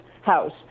house